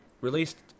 released